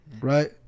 Right